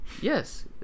Yes